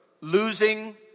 losing